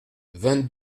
vingt